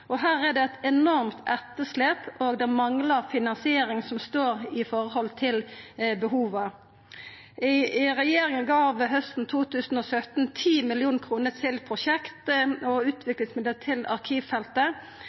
vår. Her er det eit enormt etterslep. Det manglar ei finansiering som står i forhold til behova. Regjeringa gav hausten 2017 10 mill. kr i prosjekt- og utviklingsmidlar til arkivfeltet,